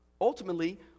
Ultimately